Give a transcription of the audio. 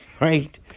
Right